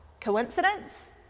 Coincidence